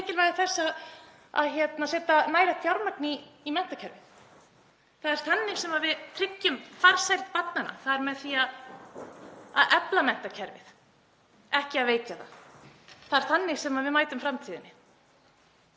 sig á mikilvægi þess að setja nægilegt fjármagn í menntakerfið. Það er þannig sem við tryggjum farsæld barnanna, með því að efla menntakerfið en ekki veikja það. Það er þannig sem við mætum framtíðinni.